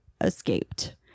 escaped